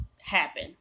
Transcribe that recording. happen